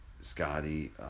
Scotty